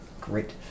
Great